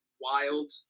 wild